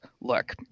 look